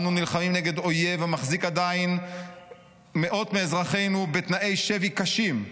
אנו נלחמים נגד אויב המחזיק עדיין מאות מאזרחינו בתנאי שבי קשים,